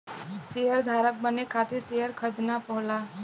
शेयरधारक बने खातिर शेयर खरीदना होला